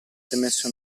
temesse